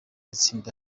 itsinda